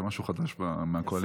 זה משהו חדש מהקואליציה.